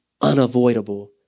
unavoidable